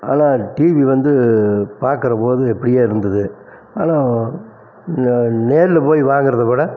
ஆனால் டிவி வந்து பார்க்கறபோது அப்படியே இருந்தது ஆனால் நே நேரில போய் வாங்கிறத விட